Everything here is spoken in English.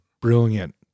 brilliant